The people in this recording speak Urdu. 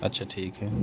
اچھا ٹھیک ہے